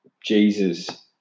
Jesus